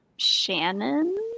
Shannon